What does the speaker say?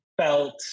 felt